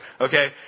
Okay